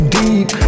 deep